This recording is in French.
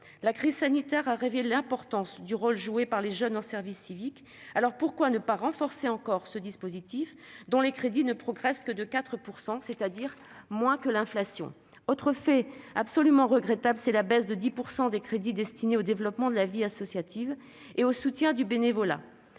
La crise sanitaire a révélé l'importance du rôle joué par les jeunes en service civique. Alors, pourquoi ne pas renforcer encore ce dispositif, dont les crédits ne progressent que de 4 %, soit moins que l'inflation ? Un autre fait est absolument regrettable : la baisse de 10 % des crédits destinés au développement de la vie associative et au soutien du bénévolat.